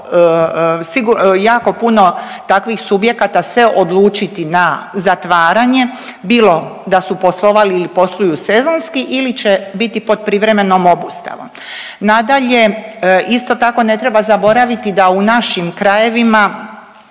jako puno takvih subjekata se odlučiti na zatvaranje bilo da su poslovali ili posluju sezonski ili će biti pod privremenom obustavom. Nadalje, isto tako ne treba zaboraviti da u našim krajevima